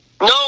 No